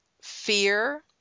fear